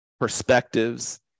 perspectives